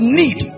need